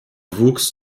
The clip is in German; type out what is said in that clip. wuchs